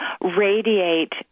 radiate